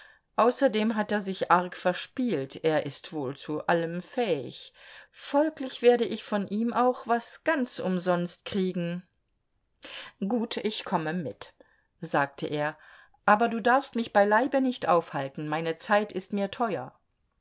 außerdem hat er sich arg verspielt er ist wohl zu allem fähig folglich werde ich von ihm auch was ganz umsonst kriegen gut ich komme mit sagte er aber du darfst mich beileibe nicht aufhalten meine zeit ist mir teuer